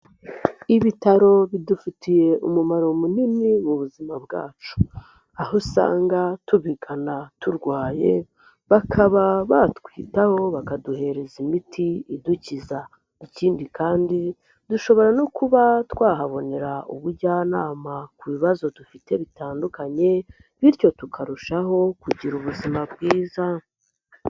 Ibitaro bidufitiye umumaro munini mu buzima bwacu, aho usanga tubigana turwaye bakaba batwitaho bakaduhereza imiti idukiza. Ikindi kandi dushobora no kuba twahabonera ubujyanama ku bibazo dufite bitandukanye, bityo tukarushaho kugira ubuzima bwiza.